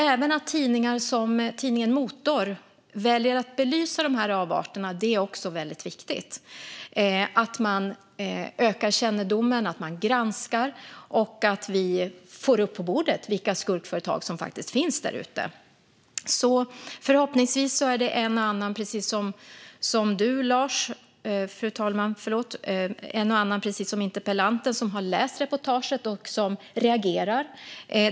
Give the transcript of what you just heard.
Även att tidningar som Motor väljer att belysa de här avarterna är också väldigt viktigt, liksom att man ökar kännedomen, att man granskar och att vi får upp på bordet vilka skurkföretag som faktiskt finns därute. Förhoppningsvis är det en och annan, precis som interpellanten, som har läst reportaget och som reagerar.